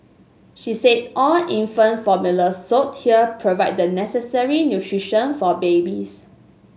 she said all infant formula sold here provide the necessary nutrition for babies